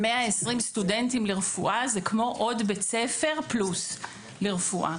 120 סטודנטים לרפואה זה כמו עוד בית ספר לרפואה פלוס.